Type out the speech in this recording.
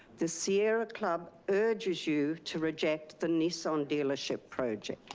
the sierra club urges you to reject the nissan dealership project,